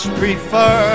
prefer